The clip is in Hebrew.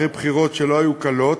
אחרי בחירות שלא היו קלות,